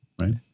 Right